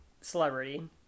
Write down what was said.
celebrity